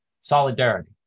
solidarity